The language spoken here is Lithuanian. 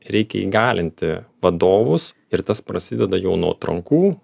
reikia įgalinti vadovus ir tas prasideda jau nuo atrankų